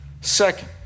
Second